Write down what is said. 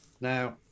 Now